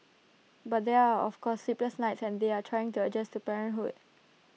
but there are of course sleepless nights and they are trying to adjust to parenthood